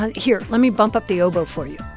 ah here. let me bump up the oboe for you